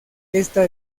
esta